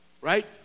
right